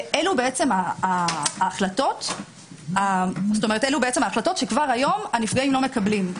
ואלו בעצם ההחלטות שכבר היום הנפגעים לא מקבלים.